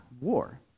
war